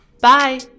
Bye